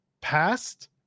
past